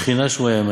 שכינה שרויה עמהם,